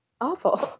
awful